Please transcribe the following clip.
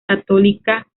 católica